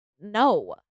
no